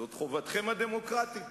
זאת חובתכם הדמוקרטית,